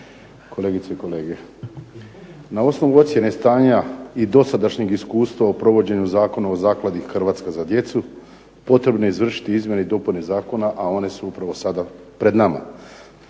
kolegice i kolege. Na osnovu ocjene stanja i dosadašnjeg iskustva u provođenju Zakona o zakladi "Hrvatska za djecu" potrebno je izvršiti izmjene i dopune Zakona, a one su upravo sada pred nama.